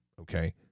okay